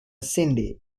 sindhi